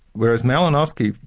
whereas malinowski,